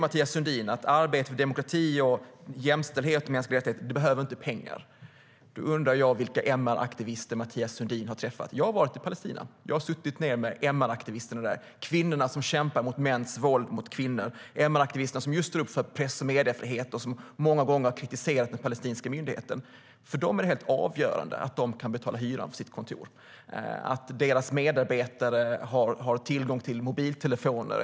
Mathias Sundin säger också att arbetet för demokrati, jämställdhet och mänskliga rättigheter inte kräver pengar. Då undrar jag vilka MR-aktivister Mathias Sundin har träffat. Jag har varit i Palestina och suttit ned med MR-aktivisterna där. Jag har träffat kvinnor som kämpar mot mäns våld mot kvinnor. Jag har träffat MR-aktivister som står upp för press och mediefrihet och som många gånger har kritiserat den palestinska myndigheten. För dem är det helt avgörande att de kan betala hyran för sitt kontor och att deras medarbetare har tillgång till mobiltelefoner.